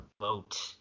vote